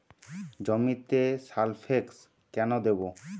জমিতে সালফেক্স কেন দেবো?